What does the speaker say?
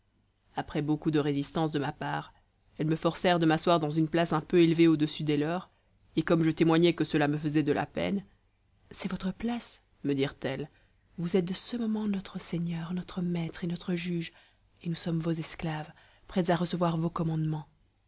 après beaucoup de résistance de ma part elles me forcèrent de m'asseoir dans une place un peu élevée au-dessus des leurs et comme je témoignais que cela me faisait de la peine c'est votre place me dirent-elles vous êtes de ce moment notre seigneur notre maître et notre juge et nous sommes vos esclaves prêtes à recevoir vos commandements